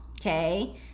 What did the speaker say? okay